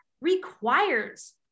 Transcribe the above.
requires